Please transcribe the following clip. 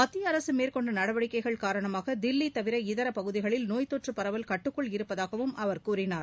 மத்திய அரசு மேற்கொண்ட நடவடிக்கைகள் காரணமாக தில்லி தவிர இதர பகுதிகளில் நோய் தொற்று பரவல் கட்டுக்குள் இருப்பதாகவும் அவர் கூறினார்